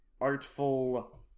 artful